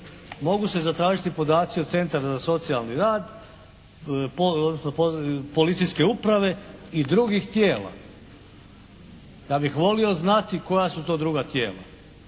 mogu se zatražiti podaci od centra za socijalni rad odnosno policijske uprave i drugih tijela. Ja bih volio znati koja su to druga tijela?